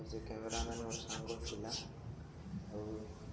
ଆଉ ସେ cameraman ମୋର ସାଙ୍ଗ ଥିଲା ଆଉ